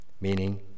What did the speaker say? meaning